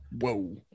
whoa